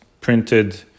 printed